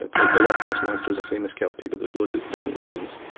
ah like the loch ness monster is a famous kelpie, but there's loads of different legends.